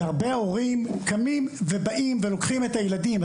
והרבה הורים קמים ובאים ולוקחים את הילדים.